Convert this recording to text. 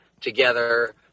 together